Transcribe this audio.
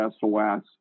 SOS